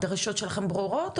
הבקשות שלכם ברורות?